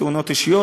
תאונות אישיות,